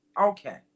Okay